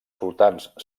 sultans